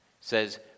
says